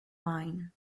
mine